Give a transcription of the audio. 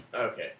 Okay